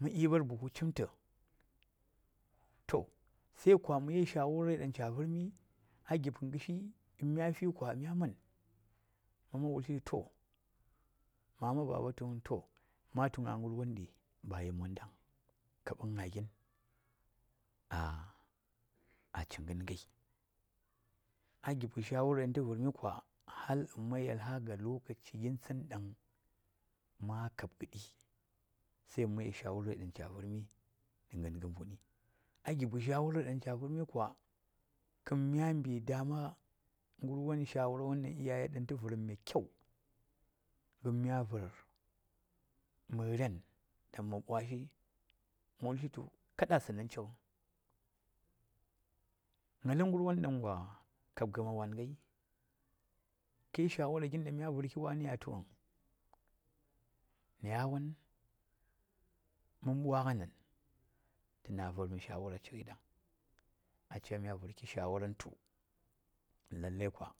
﻿Ka ɗiɓar bufu chimta to se kwa ma yel shawarai ɗan cha virmi in mya fi kwa mya man ma man wulshi tu to mama baba tu matun gah garwan ɗi amma ba yi monda vung kaɓan ngah gin a chi gagain, a gibka shawarai ɗan to virmi kwa ma man yel har aga ɗan ma kab gaɗi se ma ganga mbuni a gibko shawarai ɗan cha virmi kwa gan mya ɓi damana shawara wan ɗan iyaye ta viram mai kyau gan mya vir maren ma wulshi tu kaɗa a tsin chik vung ngali girwan ɗan wa kab gamawan gai ko yel shawara gin dan mya vicki wa niya sound nayawa mon bwaganaanta na viram shawara chik ɗan yan a cha mya virki lalai kwa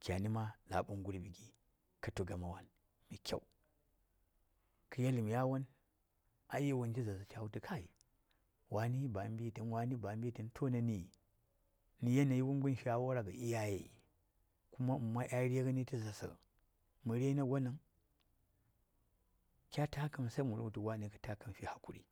kyani ma a laɓan gurɓi gin katu gamawan mai kyau ka yelim yawan ko yel yawanci zarsa cha wultu wani ba a mbita vubg wani ba a mbita vung na yanayi wumgan shawara iyaye kuma ma man dya rigani to zarsa me rain agon vung kya takan ma wultu wani ka karan fi hakuri.